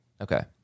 Okay